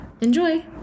Enjoy